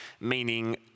meaning